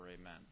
Amen